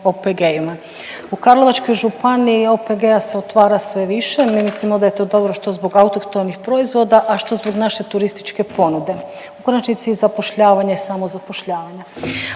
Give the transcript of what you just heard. U Karlovačkoj županiji OPG-a se otvara sve više. Mi mislimo da je to dobro što zbog autohtonih proizvoda, a što zbog naše turističke ponude. U konačnici i zapošljavanja i samozapošljavanja.